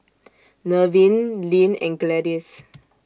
Nevin Lynne and Gladis